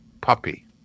puppy